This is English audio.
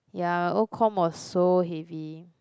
ya old com was so heavy